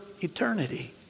eternity